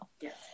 Yes